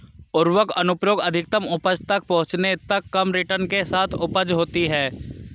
उर्वरक अनुप्रयोग अधिकतम उपज तक पहुंचने तक कम रिटर्न के साथ उपज होती है